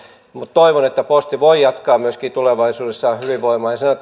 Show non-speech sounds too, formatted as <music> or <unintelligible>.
voi jatkaa myöskin tulevaisuudessa hyvävoimaisena <unintelligible>